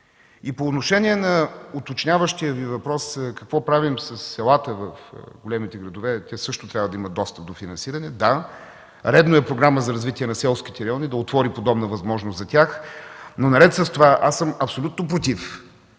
И по отношение на уточняващия Ви въпрос – какво правим със селата в големите градове, те също трябва да имат достъп до финансиране – да, редно е Програма за развитие на селските райони да отвори подобна възможност за тях, но наред с това аз съм абсолютно против